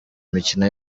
imikino